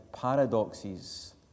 Paradoxes